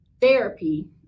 therapy